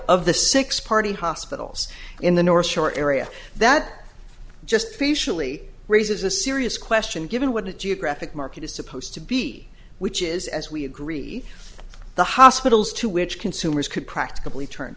of the six party hospitals in the north shore area that just facially raises a serious question given what a geographic market is supposed to be which is as we agree the hospitals to which consumers could practically turn